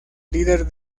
líder